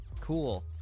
cool